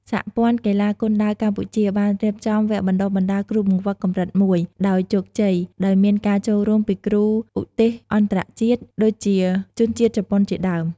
សហព័ន្ធកីឡាគុនដាវកម្ពុជា បានរៀបចំវគ្គបណ្ដុះបណ្ដាលគ្រូបង្វឹកកម្រិត ១ ដោយជោគជ័យ ដោយមានការចូលរួមពីគ្រូឧទ្ទេសអន្តរជាតិ ដូចជាជនជាតិជប៉ុនជាដើម។